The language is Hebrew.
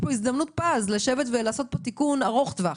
יש פה הזדמנות פז לעשות תיקון ארוך טווח,